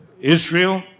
Israel